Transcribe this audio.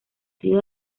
sido